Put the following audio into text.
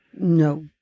no